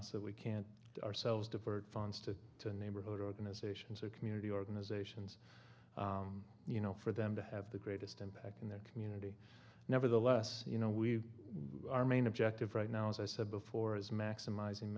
that we can't ourselves divert funds to to neighborhood organizations or community organizations you know for them to have the greatest impact in their community nevertheless you know we our main objective right now as i said before is ma